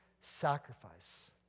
sacrifice